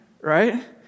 right